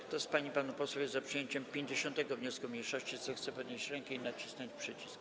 Kto z pań i panów posłów jest za przyjęciem 50. wniosku mniejszości, zechce podnieść rękę i nacisnąć przycisk.